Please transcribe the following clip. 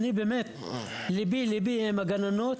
אני באמת ליבי ליבי עם הגננות,